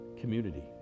community